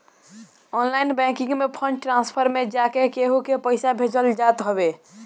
online banking में fund transfer में जाके केहू के पईसा भेजल जात हवे